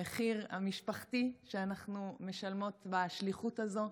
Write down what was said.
המחיר המשפחתי שאנחנו משלמות בשליחות הזו,